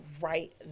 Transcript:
right